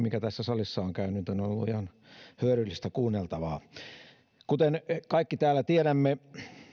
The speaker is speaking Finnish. mikä tässä salissa on käyty on ollut ihan hyödyllistä kuunneltavaa kuten kaikki täällä tiedämme